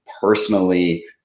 personally